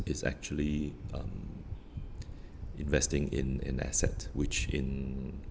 is actually um investing in in asset which in